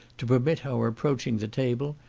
to permit our approaching the table,